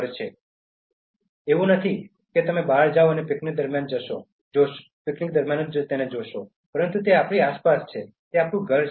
તેથી તે એવું નથી કે તમે બહાર જાઓ અને પિકનિક દરમિયાન જોશો પરંતુ તે આપણી આસપાસ છે તે આપણું ઘર છે